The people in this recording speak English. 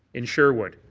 in sherwood.